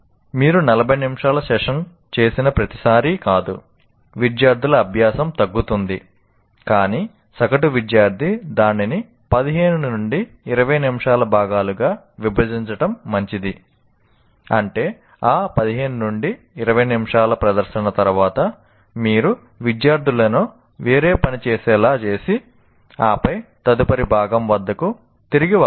మీరు 40 నిమిషాల సెషన్ చేసిన ప్రతిసారీ కాదు విద్యార్థుల అభ్యాసం తగ్గుతుంది కాని సగటు విద్యార్థి దానిని 15 నుండి 20 నిమిషాల భాగాలుగా విభజించడం మంచిది అంటే ఆ 15 20 నిమిషాల ప్రదర్శన తర్వాత మీరు విద్యార్థులను వేరే పని చేసేలా చేసి ఆపై తదుపరి భాగం వద్దకు తిరిగి వస్తారు